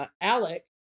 Alec